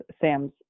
Sam's